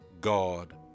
God